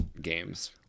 games